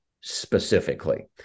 specifically